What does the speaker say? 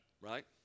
Right